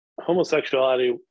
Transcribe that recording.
homosexuality